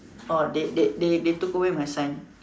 orh that they they they took away my sign